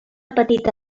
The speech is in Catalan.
petita